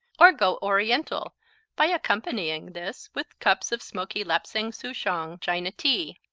or go oriental by accompanying this with cups of smoky lapsang soochong china tea.